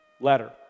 letter